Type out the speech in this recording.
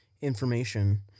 information